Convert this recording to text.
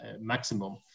Maximum